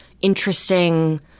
interesting